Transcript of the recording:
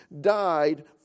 died